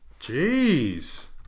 jeez